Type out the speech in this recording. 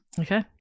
okay